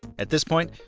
at this point,